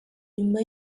nyuma